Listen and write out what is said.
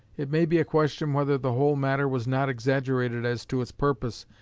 it may be a question whether the whole matter was not exaggerated as to its purpose,